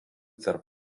tarp